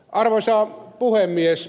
arvoisa puhemies